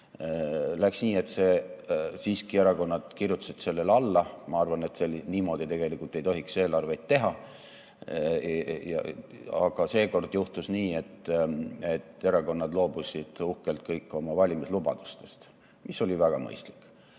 Läks nii, et erakonnad siiski kirjutasid sellele alla. Ma arvan, et niimoodi tegelikult ei tohiks eelarveid teha. Aga seekord juhtus nii, et erakonnad loobusid uhkelt kõik oma valimislubadustest – mis oli väga mõistlik